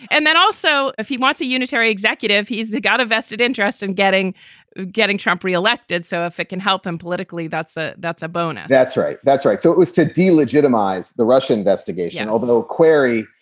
and then also, if he wants a unitary executive, he's got a vested interest in getting getting trump reelected. so if it can help him politically, that's ah that's a bonus that's right. that's right. so it was to delegitimize the russian investigation, although query,